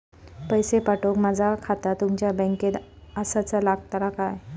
पैसे पाठुक माझा खाता तुमच्या बँकेत आसाचा लागताला काय?